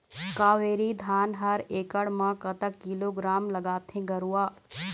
कावेरी धान हर एकड़ म कतक किलोग्राम लगाथें गरवा?